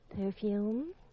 perfume